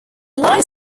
lies